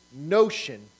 notion